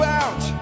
out